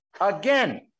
Again